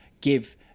give